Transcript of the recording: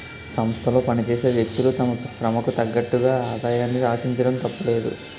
సంస్థలో పనిచేసే వ్యక్తులు తమ శ్రమకు తగ్గట్టుగా ఆదాయాన్ని ఆశించడం తప్పులేదు